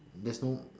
there's no